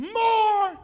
more